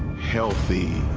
healthy,